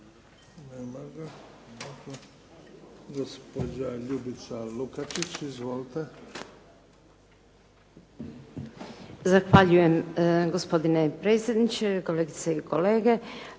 Nema ga. Gospođa Ljubica Lukačić, izvolite.